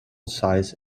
size